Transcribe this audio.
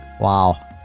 Wow